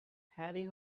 harry